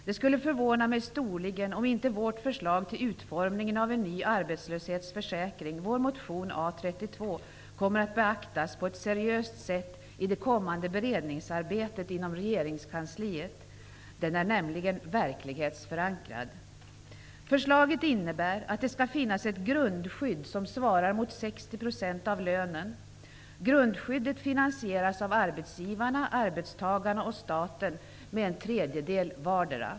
Det skulle förvåna mig storligen om inte vårt förslag till utformningen av en ny arbetslöshetsförsäkring -- vår motion A32 -- kommer att beaktas på ett seriöst sätt i det kommande beredningsarbetet inom regeringskansliet. Förslaget är nämligen verklighetsförankrat. Förslaget innebär att det skall finnas ett grundskydd som svarar mot 60 % av lönen. Grundskyddet finansieras av arbetsgivarna, arbetstagarna och staten med en tredjedel vardera.